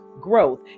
growth